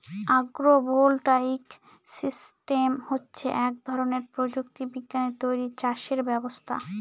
আগ্র voltaic system হচ্ছে এক ধরনের প্রযুক্তি বিজ্ঞানে তৈরী চাষের ব্যবস্থা